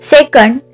Second